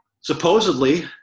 supposedly